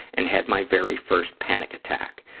and had my very first panic attack.